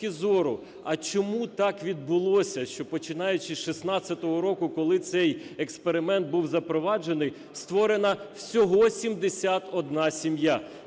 а чому так відбулося, що починаючи з 2016 року, коли цей експеримент був запроваджений, створена всього 71 сім'я?